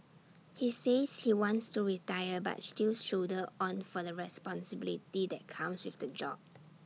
he says he wants to retire but stills shoulder on for the responsibility that comes with the job